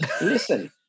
Listen